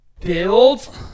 build